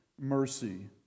mercy